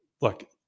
look